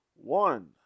one